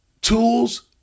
tools